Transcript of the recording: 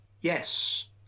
Yes